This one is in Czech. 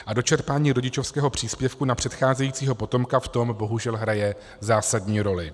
A dočerpání rodičovského příspěvku na předcházejícího potomka v tom bohužel hraje zásadní roli.